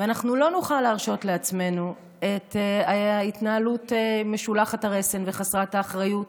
ואנחנו לא נוכל להרשות לעצמנו את ההתנהלות משולחת הרסן וחסרת האחריות